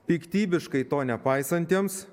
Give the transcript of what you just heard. piktybiškai to nepaisantiems